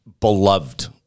beloved